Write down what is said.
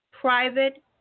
private